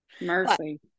mercy